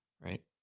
right